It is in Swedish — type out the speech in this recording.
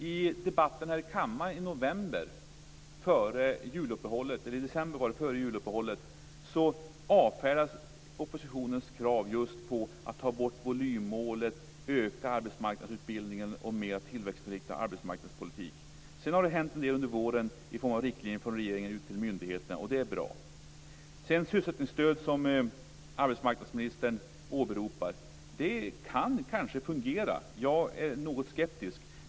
I debatten här i kammaren i december före juluppehållet avfärdades oppositionens krav just på att ta bort volymmålet, att öka arbetsmarknadsutbildningen och att föra en mer tillväxtinriktad arbetsmarknadspolitik. Sedan har det hänt en del under våren i form av riktlinjer från regeringen till myndigheterna, och det är bra. Sysselsättningsstöd, som arbetsmarknadsministern åberopar, kan kanske fungera - jag är något skeptisk.